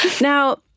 Now